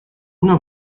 una